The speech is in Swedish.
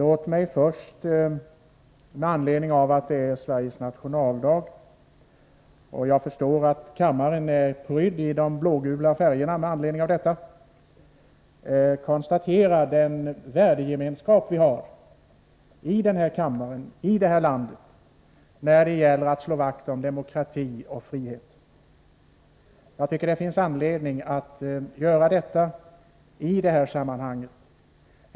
Herr talman! Eftersom det är Sveriges nationaldag — jag förstår att kammaren är prydd i de blå-gula färgerna med anledning av detta — vill jag först konstatera att vi har en värdegemenskap i den här kammaren och i vårt land när det gäller att slå vakt om demokrati och frihet. Jag tycker det finns anledning att göra detta i det här sammanhanget.